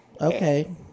Okay